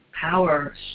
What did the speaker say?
power